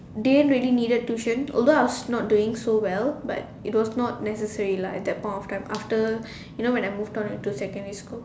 didn't really needed tuition although I was not doing so well but it was not necessary lah at that point of time after you know when I moved on into secondary school